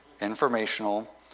informational